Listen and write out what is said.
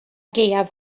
gaeaf